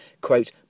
quote